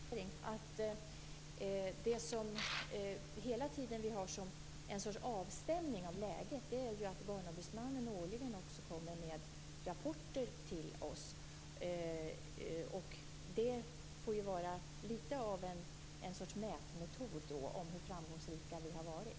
Fru talman! Jag kan svara med en komplettering. Det som vi hela tiden kan använda som något slags avstämning av läget är att Barnombudsmannen årligen kommer med rapporter till oss. Det får vara något av ett mått på hur framgångsrika vi har varit.